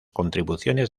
contribuciones